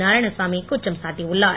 நாராயணசாமி குற்றம் சாட்டியுள்ளார்